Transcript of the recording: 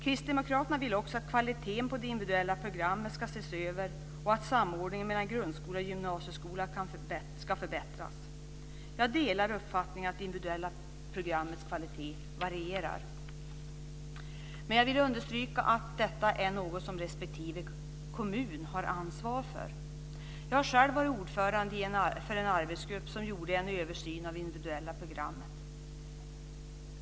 Kristdemokraterna vill också att kvaliteten på det individuella programmet ska ses över och att samordningen mellan grundskola och gymnasieskola ska förbättras. Jag delar uppfattningen att det individuella programmets kvalitet varierar. Men jag vill understryka att detta är något som respektive kommun har ansvar för. Jag har själv varit ordförande för en arbetsgrupp som gjorde en översyn av det individuella programmet.